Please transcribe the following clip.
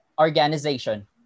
organization